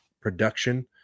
production